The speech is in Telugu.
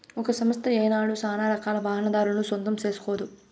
ఒక సంస్థ ఏనాడు సానారకాల వాహనాదారులను సొంతం సేస్కోదు